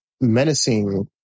menacing